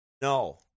No